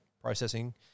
processing